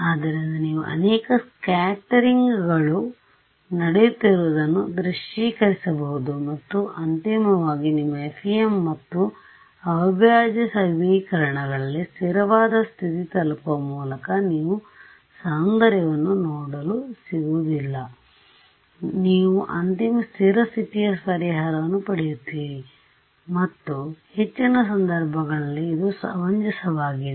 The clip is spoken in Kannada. ಆದ್ದರಿಂದ ನೀವು ಅನೇಕ ಸ್ಕ್ಯಾಟರಿಂಗ್ಗಳು ನಡೆಯುತ್ತಿರುವುದನ್ನು ದೃಶ್ಯೀಕರಿಸಬಹುದು ಮತ್ತು ಅಂತಿಮವಾಗಿ ನಿಮ್ಮ FEM ಮತ್ತು ಅವಿಭಾಜ್ಯ ಸಮೀಕರಣಗಳಲ್ಲಿ ಸ್ಥಿರವಾದ ಸ್ಥಿತಿ ತಲುಪುವ ಮೂಲಕ ನೀವು ಸೌಂದರ್ಯವನ್ನು ನೋಡಲು ಸಿಗುವುದಿಲ್ಲ ನೀವು ಅಂತಿಮ ಸ್ಥಿರ ಸ್ಥಿತಿಯ ಪರಿಹಾರವನ್ನು ಪಡೆಯುತ್ತೀರಿ ಮತ್ತು ಹೆಚ್ಚಿನ ಸಂದರ್ಭಗಳಲ್ಲಿ ಇದು ಸಮಂಜಸವಾಗಿದೆ